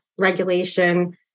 regulation